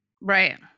Right